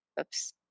oops